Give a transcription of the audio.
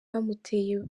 bamuteye